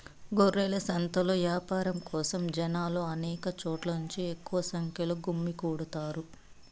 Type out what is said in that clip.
గొర్రెల సంతలో యాపారం కోసం జనాలు అనేక చోట్ల నుంచి ఎక్కువ సంఖ్యలో గుమ్మికూడతారు